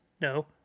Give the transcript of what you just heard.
No